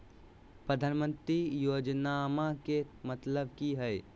प्रधानमंत्री योजनामा के मतलब कि हय?